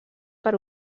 per